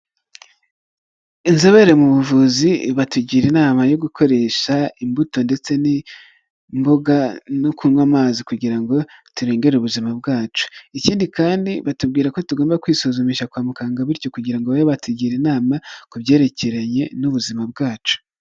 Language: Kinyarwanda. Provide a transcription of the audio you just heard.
Inzobere mu buvuzi batugira inama yo gukoresha imbuto ndetse n'imboga, no kunywa amazi kugira ngo turengere ubuzima bwacu, ikindi kandi batubwira ko tugomba kwisuzumisha kwa muganga, bityo kugira ngo babe batugira inama, ku byerekeranye n'ubuzima bwacu.